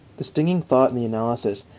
the stinging thought in the analysis,